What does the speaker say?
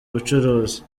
ubucuruzi